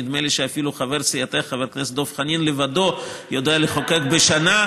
נדמה לי שאפילו חבר סיעתך חבר הכנסת דב חנין לבדו יודע לחוקק בשנה,